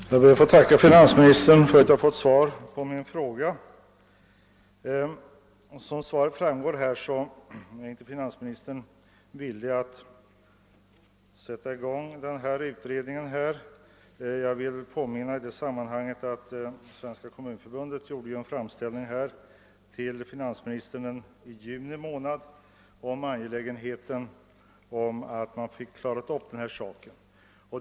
Herr talman! Jag ber att få tacka finansministern för det svar jag här har fått på min fråga. Av svaret framgår att finansministern inte är villig att sätta i gång den utredning jag talat om. Då vill jag påminna om att Svenska kommunförbundet i juni månad gjorde en framställning till finansministern och framhöll hur angeläget det var att denna utredning kom till stånd.